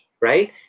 right